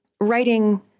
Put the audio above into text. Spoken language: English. writing